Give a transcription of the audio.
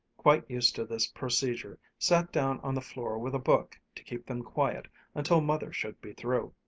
quite used to this procedure, sat down on the floor with a book to keep them quiet until mother should be through.